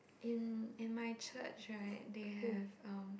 in in my church right they have um